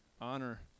honor